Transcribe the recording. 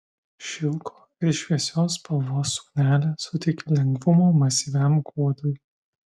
šilko ir šviesios spalvos suknelė suteikia lengvumo masyviam kuodui